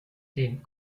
den